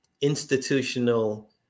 institutional